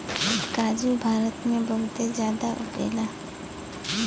काजू भारत में बहुते जादा उगला